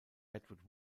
edward